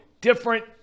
different